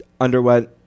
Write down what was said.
underwent